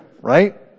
right